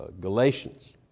Galatians